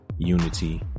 unity